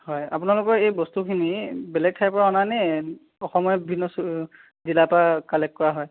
হয় আপোনালোকৰ এই বস্তুখিনি বেলেগ ঠাইৰ পৰা অনা নে অসমৰে বিভিন্ন জিলাৰ পৰা কালেক্ট কৰা হয়